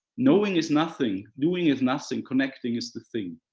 knowing is nothing, doing is nothing, connecting is the thing.